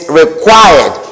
required